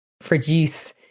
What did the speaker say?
produce